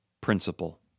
principle